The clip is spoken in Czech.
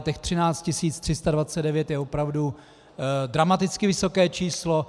Těch 13 329 je opravdu dramaticky vysoké číslo.